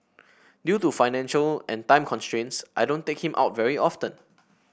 due to financial and time constraints I don't take him out very often